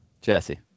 Jesse